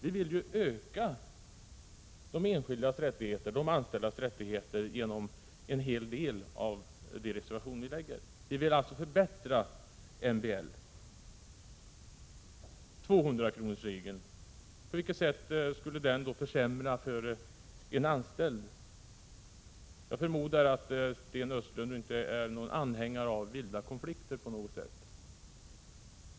Vi vill ju öka de anställdas rättigheter genom förslagen i de reservationer vi fogat till betänkandet. Vi vill alltså förbättra MBL. På vilket sätt skulle 200-kronorsregeln försämra för de anställda? Jag förmodar att Sten Östlund inte på något sätt är anhängare av vilda konflikter.